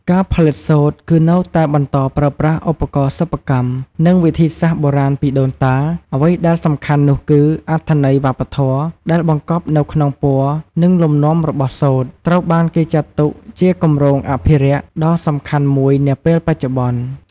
ការផលិតសូត្រ គឺនៅតែបន្តប្រើប្រាស់ឧបករណ៍សិប្បកម្ម និងវិធីសាស្ត្របុរាណពីដូនតា អ្វីដែលសំខាន់នោះគឺ អត្ថន័យវប្បធម៌ ដែលបង្កប់នៅក្នុងពណ៌ និងលំនាំរបស់សូត្រ ត្រូវបានគេចាត់ទុកជាគម្រោងអភិរក្ស ដ៏សំខាន់មួយនាពេលបច្ចុប្បន្ន។